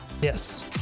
Yes